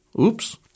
Oops